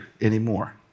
anymore